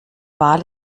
wal